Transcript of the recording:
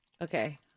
Okay